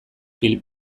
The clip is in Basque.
pil